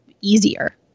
easier